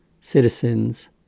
citizens